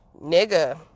nigga